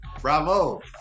bravo